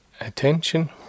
attention